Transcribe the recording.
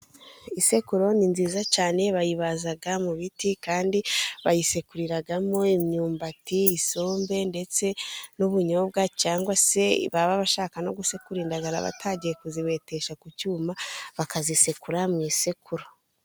Isekuru ni nziza cyane bayibaza mu biti, kandi bayisekuriramo imyumbati y' isombe ndetse n'ubunyobwa, cyangwa se baba bashaka no gusekura indagara batagiye kuzibetesha ku cyuma bakazisekura mu isekuru.